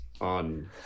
on